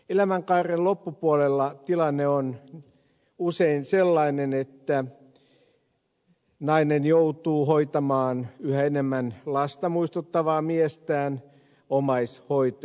elämänkaaren loppupuolella tilanne on usein sellainen että nainen joutuu hoitamaan yhä enemmän lasta muistuttavaa miestään omaishoitajana